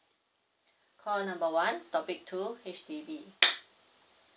call number one topic two H_D_B